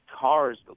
cars